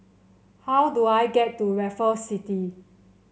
how do I get to Raffles City